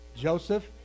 Joseph